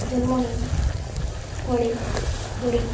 ଜନ୍ମ ହେଇ ଫଳି ବଡ଼ି